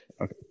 Okay